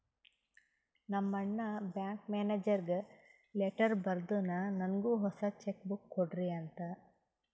ನಮ್ ಅಣ್ಣಾ ಬ್ಯಾಂಕ್ ಮ್ಯಾನೇಜರ್ಗ ಲೆಟರ್ ಬರ್ದುನ್ ನನ್ನುಗ್ ಹೊಸಾ ಚೆಕ್ ಬುಕ್ ಕೊಡ್ರಿ ಅಂತ್